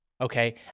okay